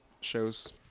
shows